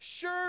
Sure